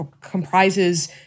comprises